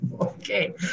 Okay